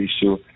issue